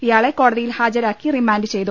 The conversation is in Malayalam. ഇയാളെ കോടതിയിൽ ഹാജരാക്കി റിമാൻഡ് ചെയ്തു